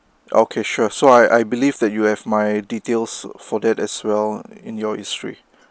okay sure so I I believe that you have my details for that as well in your history